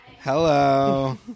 Hello